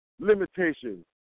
limitations